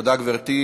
תודה, גברתי.